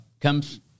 comes